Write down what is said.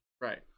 Right